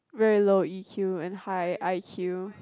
very low E_Q and high I_Q